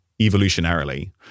evolutionarily